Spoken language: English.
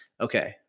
okay